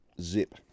zip